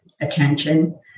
attention